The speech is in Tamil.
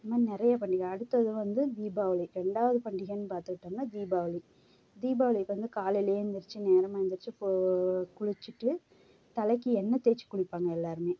இந்த மாதிரி நிறையா பண்டிகை அடுத்தது வந்து தீபாவளி ரெண்டாவது பண்டிகைன்னு பார்த்துக்கிட்டோம்னா தீபாவளி தீபாவளிப்போ வந்து காலையில எந்திரிச்சு நேரமாக எந்திரிச்சு கோ குளிச்சுட்டு தலைக்கி எண்ணெய் தேய்ச்சி குளிப்பாங்க எல்லோருமே